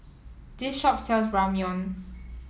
this shop sells Ramyeon